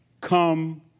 come